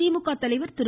திமுக தலைவா் திரு